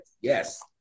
Yes